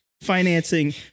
financing